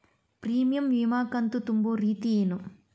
Premium ವಿಮಾ ಕಂತು ತುಂಬೋ ರೇತಿ ಏನು?